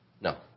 No